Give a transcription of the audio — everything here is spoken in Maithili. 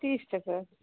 तीस टका